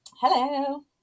Hello